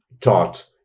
taught